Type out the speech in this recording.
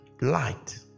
light